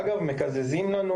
אגב, מקזזים לנו